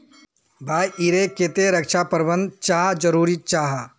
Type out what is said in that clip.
भाई ईर केते रक्षा प्रबंधन चाँ जरूरी जाहा?